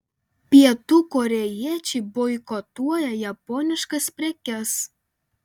pietų korėjiečiai boikotuoja japoniškas prekes